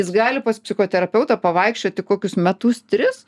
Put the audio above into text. jis gali pas psichoterapeutą pavaikščioti kokius metus tris